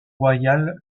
royal